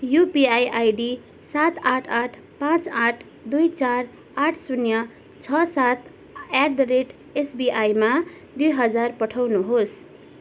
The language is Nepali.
युपिआई आइडी सात आठ आठ पाँच आट दुई चार आठ शून्य छ सात एट द रेट एसबिआईमा दुई हजार पठाउनुहोस्